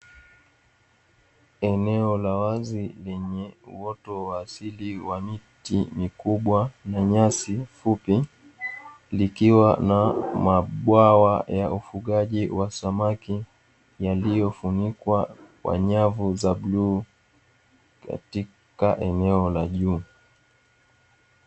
Eneo la wazi lenye uoto wa asili wa miti mikubwa na nyasi fupi, likiwa na mabwawa ya ufugaji wa samaki. Yaliyofunikwa kwa nyavu za bluu, katika eneo la juu.